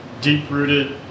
deep-rooted